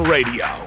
Radio